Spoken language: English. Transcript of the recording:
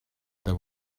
there